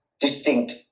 distinct